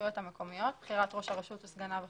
הרשויות המקומיות (בחירת ראש הרשות וסגניו וכהונתם),